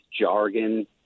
jargon